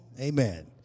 Amen